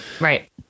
Right